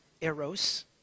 Eros